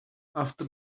after